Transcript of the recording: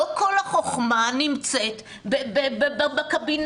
לא כל החוכמה נמצאת בקבינט.